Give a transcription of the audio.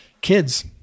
kids